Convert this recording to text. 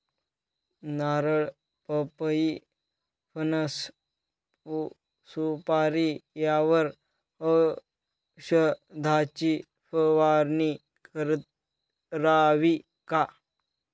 नारळ, पपई, फणस, सुपारी यावर औषधाची फवारणी करावी का?